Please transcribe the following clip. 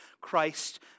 Christ